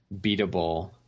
beatable